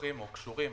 שכרוכים או קשורים